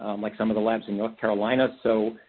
um like some of the labs in north carolina. so,